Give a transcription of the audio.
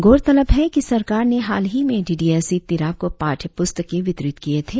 गौरतलब है कि सरकार ने हाल ही में D D S E Tirap को पाठ्य पुस्तके वितरित किये थे